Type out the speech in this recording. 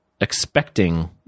expecting